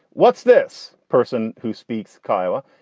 what's this person who speaks kiawah?